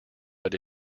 but